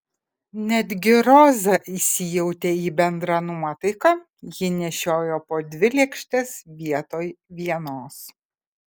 netgi roza įsijautė į bendrą nuotaiką ji nešiojo po dvi lėkštes vietoj vienos